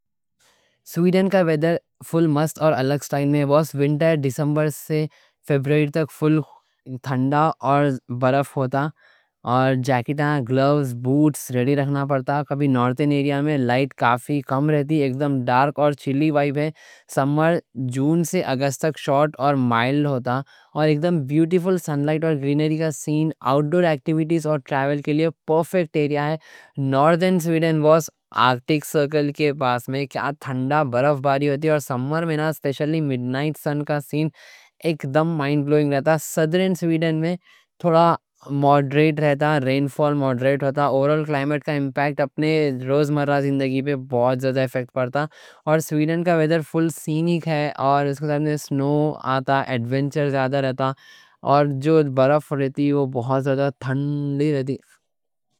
سویڈن کا ویڈر فل مست اور الگ اسٹائل میں ہے۔ ونٹر دسمبر سے فروری تک فل ٹھنڈا اور برف ہوتا، اور جاکٹاں، گلوز، بوٹس ریڈی رکھنا پڑتا۔ کبھی نورتھن ایریا میں لائٹ کافی کم رہتی، اک دم ڈارک اور چلی وائب ہے۔ سممر جون سے اگست تک شورٹ اور مائل ہوتا، اور اک دم بیوٹیفل سن لائٹ اور گرینری کا سین۔ آؤٹ ڈور ایکٹیویٹیز اور ٹریول کے لیے پرفیکٹ ایریا ہے۔ آرکٹک سرکل کے پاس میں نورتھن سویڈن میں برف باری ہوتی اور سممر میں سپیشلی مڈنائٹ سن کا سین اک دم مائنڈ بلوئنگ رہتا۔ سدرن سویڈن میں تھوڑا ماڈریٹ رہتا، رین فال ماڈریٹ ہوتا۔ اوور آل کلائمیٹ کا امپیکٹ اپنے روز مرہ زندگی پر بہت زیادہ ایفیکٹ پڑتا۔ اور سویڈن کا ویڈر فل سینک ہے، اور اس کے ساتھ سنو آتا ایڈونچر زیادہ رہتا، اور جو برف رہتی وہ بہت زیادہ تھنڈی رہتی۔